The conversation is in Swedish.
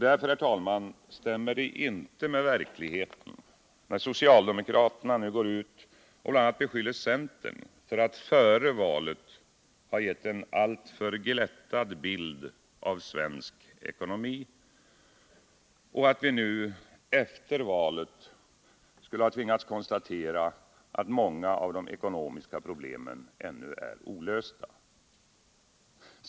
Därför, herr talman, stämmer det inte med verkligheten när socialdemokraterna nu går ut och bl.a. beskyller centern för att före valet ha gett en alltför glättad bild av svensk ekonomi och att vi nu efter valet skulle ha tvingats konstatera att många av de ekonomiska problemen ännu är olösta.